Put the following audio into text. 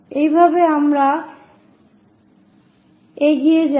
এভাবেই আমরা এগিয়ে যাই